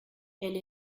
elle